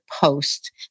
post